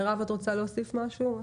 מרב, את רוצה להוסיף משהו?